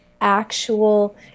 actual